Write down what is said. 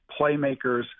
playmakers